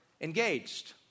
engaged